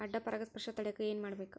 ಅಡ್ಡ ಪರಾಗಸ್ಪರ್ಶ ತಡ್ಯಾಕ ಏನ್ ಮಾಡ್ಬೇಕ್?